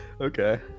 Okay